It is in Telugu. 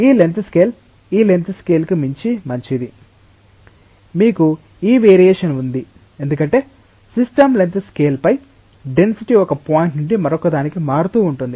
ఈ లెంగ్త్ స్కేల్ ఈ లెంగ్త్ స్కేల్కు మించి మంచిది మీకు ఈ వేరిఎషన్ ఉంది ఎందుకంటే సిస్టమ్ లెంగ్త్ స్కేల్పై డెన్సిటీ ఒక పాయింట్ నుండి మరొకదానికి మారుతూ ఉంటుంది